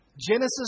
Genesis